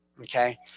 Okay